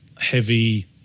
heavy